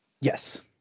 Yes